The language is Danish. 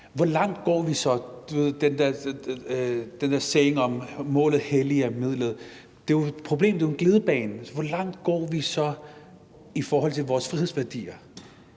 hvor langt vil vi så gå i forhold til vores frihedsværdier?